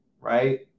right